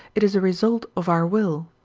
it is a result of our will.